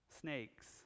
Snakes